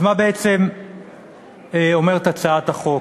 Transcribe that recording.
אז מה בעצם אומרת הצעת החוק?